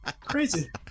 crazy